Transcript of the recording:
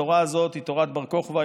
התורה הזאת היא תורת בר-כוכבא,